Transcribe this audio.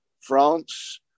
France